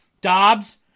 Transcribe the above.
Dobbs